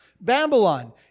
Babylon